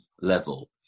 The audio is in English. level